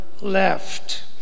left